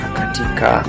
katika